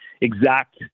exact